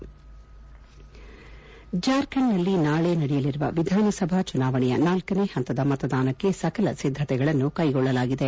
head ಜಾರ್ಖಂಡ್ನಲ್ಲಿ ನಾಳೆ ನಡೆಯಲಿರುವ ವಿಧಾನಸಭಾ ಚುನಾವಣೆಯ ನಾಲ್ಲನೇ ಹಂತದ ಮತದಾನಕ್ಕೆ ಸಕಲ ಸಿದ್ದತೆಗಳನ್ನು ಕ್ಲೆಗೊಳ್ಟಲಾಗಿದೆ